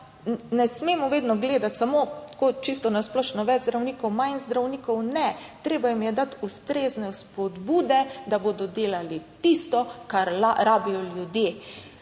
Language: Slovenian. ne smemo vedno gledati samo tako, čisto na splošno, več zdravnikov, manj zdravnikov. Ne, treba jim je dati ustrezne spodbude, da bodo delali tisto, kar rabijo ljudje.